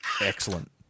excellent